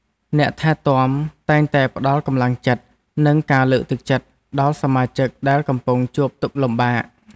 អ្នកថែទាំតែងតែផ្តល់កម្លាំងចិត្ត និងការលើកទឹកចិត្តដល់សមាជិកដែលកំពុងជួបទុក្ខលំបាក។